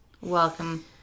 welcome